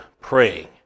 praying